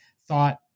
thought